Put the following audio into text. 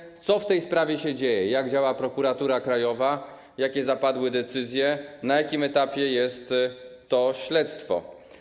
Nie wiemy, co w tej sprawie się dzieje: jak działa Prokuratura Krajowa, jakie zapadły decyzje, na jakim etapie jest to śledztwo.